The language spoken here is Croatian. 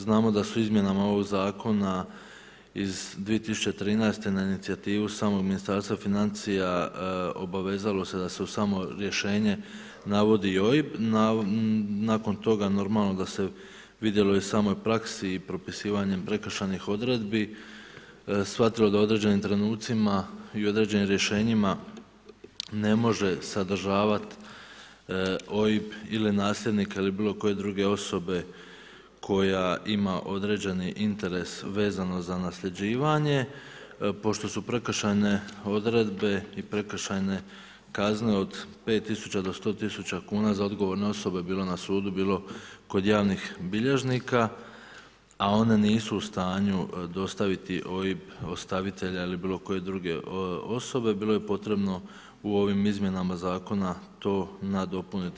Znamo da su izmjenama ovoga Zakona iz 2013. na inicijativu samog Ministarstva financija obavezalo se da se uz samo rješenje navodi i OIB, nakon toga normalno da se vidjelo u samoj praksi i propisivanjem prekršajnim odredbi shvatilo da u određenim trenucima i određenim rješenjima ne može sadržavati OPIB ili nasljednika ili bilokoje druge osobe koja ima određeni interes vezano za nasljeđivanje pošto su prekršajne odredbe i prekršajne kazne od 5000 do 100 000 kuna za odgovorne osobe bio na sudu, bilo kod javnih bilježnika a one nisu u stanju dostaviti OIB ostavitelja ili bilokoje druge osobe, bilo je potrebno u ovim izmjenama zakona to nadopuniti.